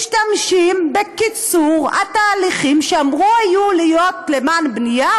משתמשים בקיצור התהליכים שהיו אמורים להיות למען בנייה,